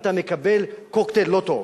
אתה מקבל קוקטייל לא טוב,